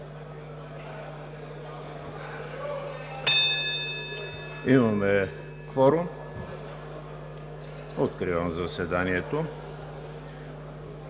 Закривам заседанието.